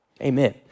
Amen